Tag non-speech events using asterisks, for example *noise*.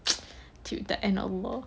*noise* ya !alah!